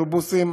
אוטובוסים,